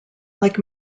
like